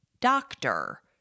doctor